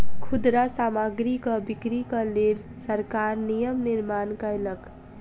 खुदरा सामग्रीक बिक्रीक लेल सरकार नियम निर्माण कयलक